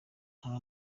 nta